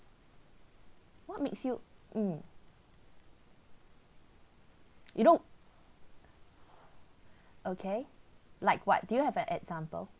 what makes you mm you know okay like what do you have an example